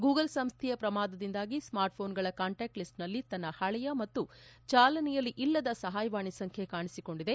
Google ಸಂಸೈಯ ಪ್ರಮಾದದಿಂದಾಗಿ smart ಪೋನ್ಗಳ ಕಾಂಟ್ಕಾಕ್ಟ್ ಲಿಸ್ಟ್ನಲ್ಲಿ ತನ್ನ ಪಳೆಯ ಮತ್ತು ಚಾಲನೆಯಲ್ಲಿ ಇಲ್ಲದ ಸಹಾಯವಾಣಿ ಸಂಖ್ಯೆ ಕಾಣಿಸಿಕೊಂಡಿದೆ